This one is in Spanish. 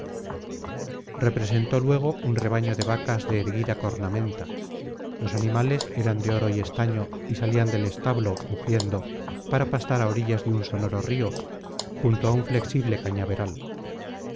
representó luego un rebaño de vacas de erguida cornamenta los animales eran de oro y estaño y salían del establo mugiendo para pastar á orillas de un sonoro río junto á un flexible cañaveral